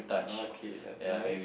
oh okay that's nice